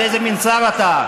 אז איזה מין שר אתה?